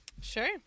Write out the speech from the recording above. Sure